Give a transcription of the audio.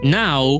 now